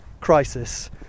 crisis